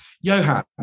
Johan